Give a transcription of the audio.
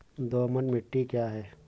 दोमट मिट्टी क्या है?